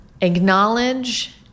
acknowledge